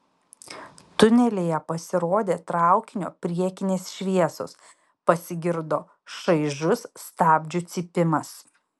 tunelyje pasirodė traukinio priekinės šviesos pasigirdo šaižus stabdžių cypimas